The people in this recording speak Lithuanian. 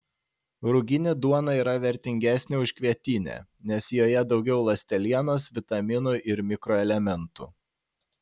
ruginė duona yra vertingesnė už kvietinę nes joje daugiau ląstelienos vitaminų ir mikroelementų